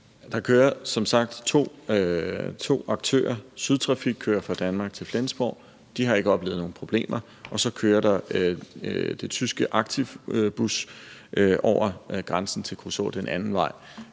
Der kører som sagt to aktører. Sydtrafik kører fra Danmark til Flensborg. De har ikke oplevet nogen problemer. Og så kører den tyske Aktiv Bus over grænsen til Kruså den anden vej.